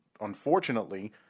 unfortunately